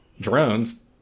drones